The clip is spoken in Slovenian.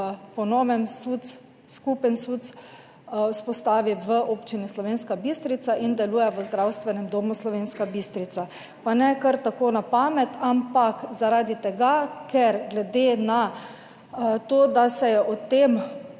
po novem skupen SUC vzpostavi v Občini Slovenska Bistrica in deluje v Zdravstvenem domu Slovenska Bistrica. Pa ne kar tako na pamet, ampak zaradi tega, ker glede na to, da se je o tem